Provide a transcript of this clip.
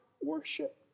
worship